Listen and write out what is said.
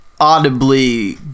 audibly